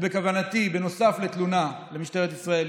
נוסף לתלונה למשטרת ישראל,